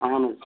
اہن حظ